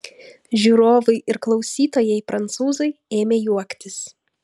žiūrovai ir klausytojai prancūzai ėmė juoktis